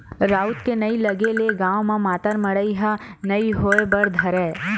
राउत के नइ लगे ले गाँव म मातर मड़ई ह नइ होय बर धरय